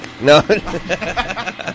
No